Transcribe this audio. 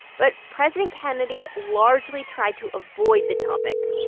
but president kennedy largely tried to avoid the topic.